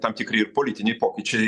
tam tikri ir politiniai pokyčiai